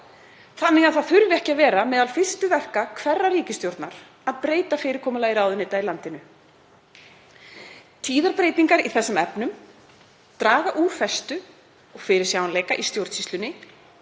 þannig að það þurfi ekki að vera meðal fyrstu verka hverrar ríkisstjórnar að breyta fyrirkomulagi ráðuneyta í landinu. Tíðar breytingar í þessum efnum draga úr festu og fyrirsjáanleika í stjórnsýslunni